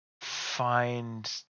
find